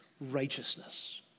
righteousness